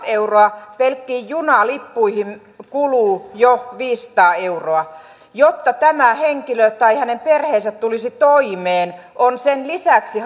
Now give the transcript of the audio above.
euroa pelkkiin junalippuihin kuluu jo viisisataa euroa jotta tämä henkilö tai hänen perheensä tulisi toimeen on sen lisäksi